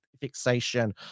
fixation